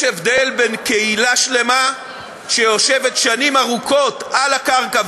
יש הבדל בין קהילה שלמה שיושבת שנים ארוכות על הקרקע,